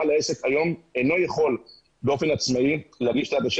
בעל עסק היום לא יכול באופן עצמאי להגיש את ההגשה